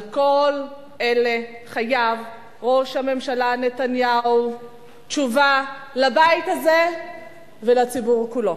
על כל אלה חייב ראש הממשלה נתניהו תשובה לבית הזה ולציבור כולו.